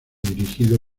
dirigido